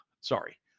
Sorry